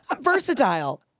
versatile